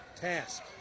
task